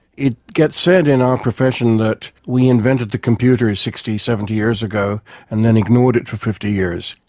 it gets said in ah a profession that we invented the computer sixty, seventy years ago and then ignored it for fifty years.